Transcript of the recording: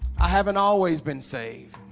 i haven't always been saved